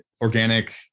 organic